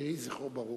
יהי זכרו ברוך.